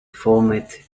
formed